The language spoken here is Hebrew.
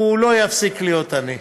הוא לא יפסיק להיות עני.